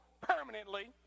permanently